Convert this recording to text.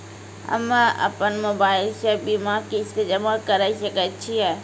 हम्मे अपन मोबाइल से बीमा किस्त जमा करें सकय छियै?